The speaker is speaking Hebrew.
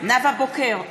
נאוה בוקר,